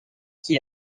qui